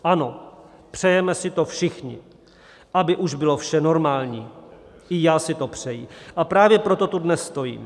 Ano, přejeme si to všichni, aby už bylo vše normální, i já si to přeji, a právě proto tu dnes stojím.